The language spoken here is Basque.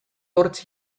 hortz